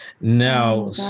Now